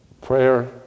Prayer